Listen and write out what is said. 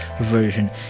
version